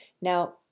Now